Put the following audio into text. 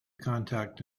contact